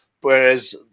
Whereas